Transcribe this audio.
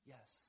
Yes